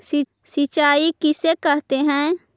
सिंचाई किसे कहते हैं?